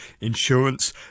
insurance